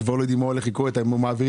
החלטה.